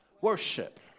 Worship